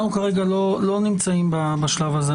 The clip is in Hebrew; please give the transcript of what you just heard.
אנחנו כרגע לא נמצאים בשלב הזה.